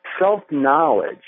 Self-knowledge